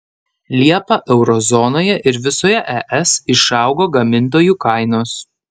liepą euro zonoje ir visoje es išaugo gamintojų kainos